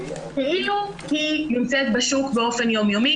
כאילו היא נמצאת בשוק באופן יומיומי,